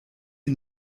die